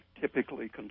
typically